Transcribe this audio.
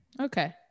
Okay